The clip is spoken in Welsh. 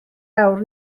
awr